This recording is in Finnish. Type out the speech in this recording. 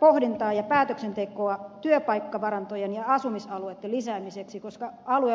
pohdintaa ja päätöksentekoa työpaikkavarantojen ja asumisalueitten lisäämiseksi koska alue on vetovoimainen